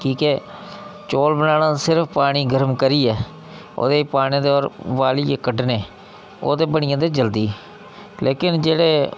ठीक ऐ चौल बनाना सिर्फ पानी गर्म करियै ओह्दे पाने ते गर्म करियै कड्ढने ओह्दे बनी जंदे जल्दी लेकिन जेह्ड़े